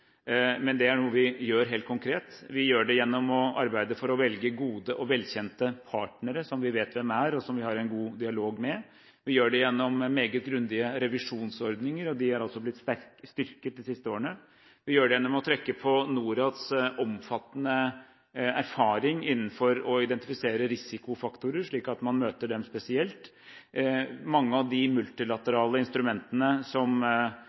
men dette er noe vi gjør helt konkret. Vi gjør det gjennom å arbeide for å velge gode og velkjente partnere som vi vet hvem er, og som vi har en god dialog med. Vi gjør det gjennom meget grundige revisjonsordninger, som altså er blitt styrket de siste årene. Vi gjør det gjennom å trekke på Norads omfattende erfaring innenfor det å identifisere risikofaktorer, slik at man møter dem spesielt. Mange av de multilaterale instrumentene som